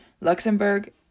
Luxembourg